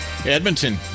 Edmonton